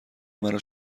مرا